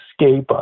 escape